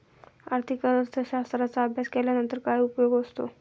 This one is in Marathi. आर्थिक अर्थशास्त्राचा अभ्यास केल्यानंतर काय उपयोग असतो?